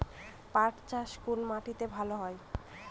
পাট চাষ কোন মাটিতে ভালো হয়?